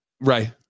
right